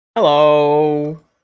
hello